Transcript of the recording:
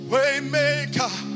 Waymaker